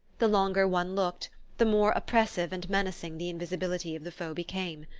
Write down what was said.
the longer one looked, the more oppressive and menacing the invisibility of the foe became.